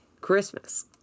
Christmas